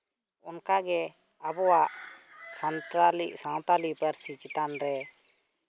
ᱚᱱᱠᱟᱜᱮ ᱟᱵᱚᱣᱟᱜ ᱥᱟᱶᱛᱟᱞᱤ ᱥᱟᱶᱛᱟᱞᱤ ᱯᱟᱹᱨᱥᱤ ᱪᱮᱛᱟᱱ ᱨᱮ